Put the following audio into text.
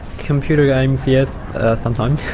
computer games? yes sometimes.